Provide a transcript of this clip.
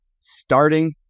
starting